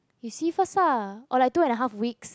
you see first ah or like two and a half weeks